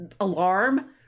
alarm